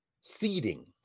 seeding